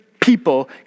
people